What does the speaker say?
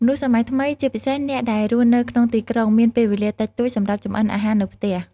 មនុស្សសម័យថ្មី ជាពិសេសអ្នកដែលរស់នៅក្នុងទីក្រុង មានពេលវេលាតិចតួចសម្រាប់ចម្អិនអាហារនៅផ្ទះ។